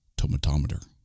tomatometer